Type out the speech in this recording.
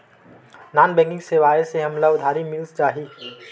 Non banking सेवाएं से हमला उधारी मिल जाहि?